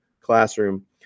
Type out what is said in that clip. classroom